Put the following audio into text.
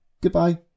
Goodbye